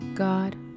God